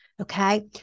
okay